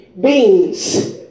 beans